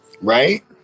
Right